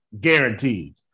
guaranteed